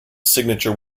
signature